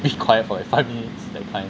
reach quiet for like five minutes that kind